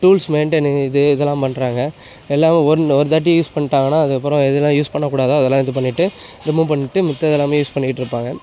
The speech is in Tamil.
டூல்ஸ் மெயின்டனு இது இதெல்லாம் பண்ணுறாங்க எல்லாவும் ஒர்ன் ஒரு தாட்டி யூஸ் பண்ட்டாங்கன்னா அதற்கப்பறோம் எதெல்லாம் யூஸ் பண்ணக் கூடாதோ அதெல்லாம் இது பண்ணிட்டு ரிமூவ் பண்ணிட்டு மித்தது எல்லாமே யூஸ் பண்ணிக்கிட்டு இருப்பாங்க